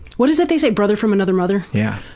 what is it they say, brother from another mother. yeah